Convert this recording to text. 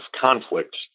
conflict